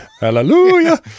hallelujah